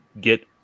get